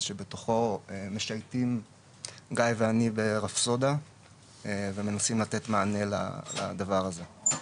שבתוכו משייטים גיא ואני ברפסודה ומנסים לתת מענה לדבר הזה.